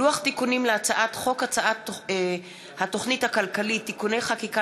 לוח תיקונים להצעת חוק התוכנית הכלכלית (תיקוני חקיקה